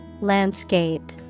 Landscape